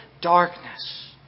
darkness